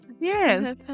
Yes